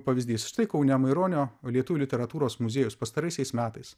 pavyzdys štai kaune maironio lietuvių literatūros muziejus pastaraisiais metais